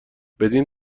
بدین